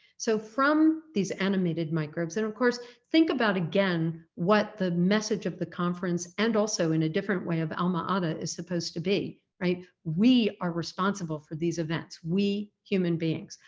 so from these animated microbes and of course, think about again what the message of the conference, and also in a different way of alma-ata, is supposed to be, be, right? we are responsible for these events, we human beings.